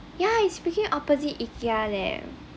ya it's opposite ikea leh